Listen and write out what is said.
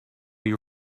you